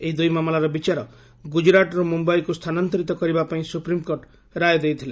ଏହି ଦୁଇ ମାମଲାର ବିଚାର ଗୁଜୁରାଟରୁ ମୁମ୍ଯାଇକୁ ସ୍ଥାନାନ୍ତରିତ କରିବା ପାଇଁ ସୁପ୍ରିମକୋର୍ଟ ରାୟ ଦେଇଥିଲେ